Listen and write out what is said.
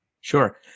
Sure